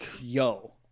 yo